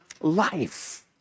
life